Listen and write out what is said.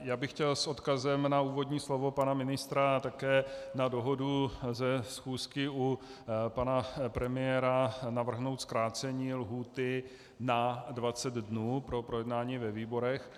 Já bych chtěl s odkazem na úvodní slovo pana ministra a také na dohodu ze schůzky u pana premiéra navrhnout zkrácení lhůty na 20 dnů pro projednání ve výborech.